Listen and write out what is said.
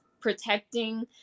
protecting